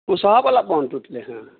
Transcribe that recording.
कुशहा वाला बान्ह टुटलै हँ